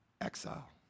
exile